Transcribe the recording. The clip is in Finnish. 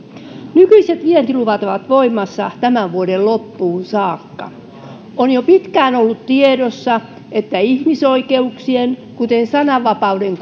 nykyiset vientiluvat ovat voimassa tämän vuoden loppuun saakka on jo pitkään ollut tiedossa että ihmisoikeuksien kuten sananvapauden